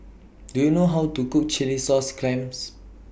Do YOU know How to Cook Chilli Sauce Clams